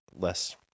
less